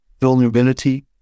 vulnerability